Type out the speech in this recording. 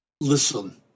Listen